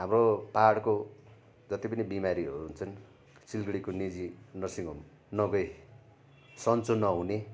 हाम्रो पाहाडको जति पनि बिमारीहरू हुन्छन् सिलगढीको निजी नर्सिङ होम नगई सन्चो नहुने